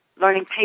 learning